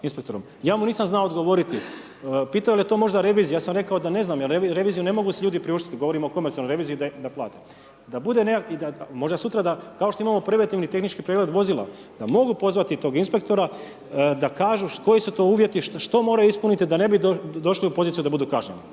Ja mu nisam znao odgovoriti. Pitao je je li to možda revizija, ja sam rekao da ne znam, jer reviziju si ljudi ne mogu priuštiti, govorimo o komercionalnoj reviziji da plate. Kao što imamo preventivni tehnički pregled vozila da mogu pozvati toga inspektora da kažu koji su to uvjeti, što mora ispuniti da ne bi došli u poziciju da budu kažnjeni.